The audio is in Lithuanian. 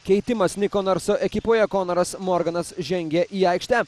keitimas niko narso ekipoje konaras morganas žengia į aikštę